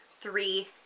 three